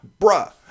Bruh